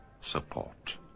support